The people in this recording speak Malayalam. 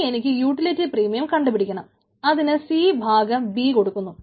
ഇനി എനിക്ക് യൂട്ടിലിറ്റി പ്രീമിയം കണ്ടുപിടിക്കണം അതിന് C ഭാഗം B കൊടുക്കുന്നു